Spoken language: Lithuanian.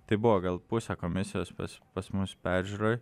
tai buvo gal pusė komisijos pas pas mus peržiūroj